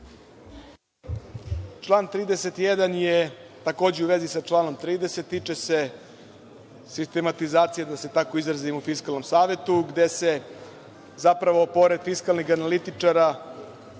Član 31. je takođe u vezi sa članom 30, a tiče se sistematizacije, da se tako izrazim, u Fiskalnom savetu, gde se zapravo pored fiskalnih analitičara brišu